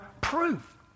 proof